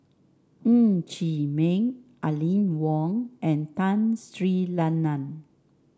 Ng Chee Meng Aline Wong and Tun Sri Lanang